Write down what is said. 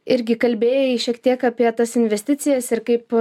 irgi kalbėjai šiek tiek apie tas investicijas ir kaip